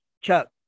Chuck